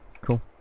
Cool